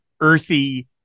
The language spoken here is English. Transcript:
earthy